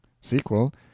Sequel